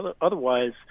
Otherwise